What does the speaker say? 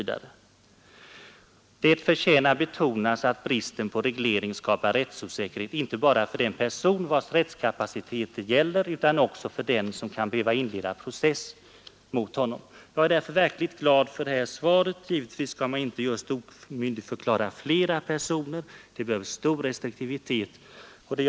Det förtjänar betonas att bristen på reglering skapar rättsosäkerhet inte bara för den person vars rättskapacitet det gäller utan också för den som kan behöva inleda process mot honom.” Jag är därför verkligt glad för statsrådets svar. Givetvis skall inte den vägen beträdas att man omyndigförklarar fler personer. Det behövs i stället stor restriktivitet på den punkten.